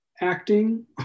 acting